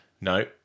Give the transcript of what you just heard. No